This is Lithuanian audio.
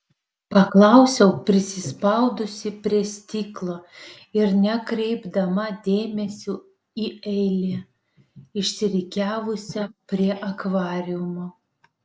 paklausiau prisispaudusi prie stiklo ir nekreipdama dėmesio į eilę išsirikiavusią prie akvariumo